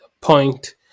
point